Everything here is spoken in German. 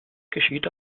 geschieht